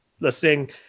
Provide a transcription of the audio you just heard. listening